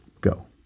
go